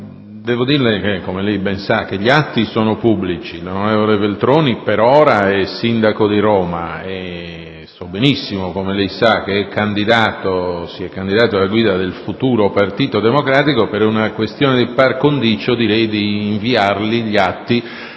devo dirle - come lei ben sa - che gli atti sono pubblici. L'onorevole Veltroni per ora è sindaco di Roma, so benissimo, come lei, che si è candidato alla guida del futuro Partito democratico; per una questione di *par condicio*, direi di inviare gli atti